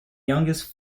youngest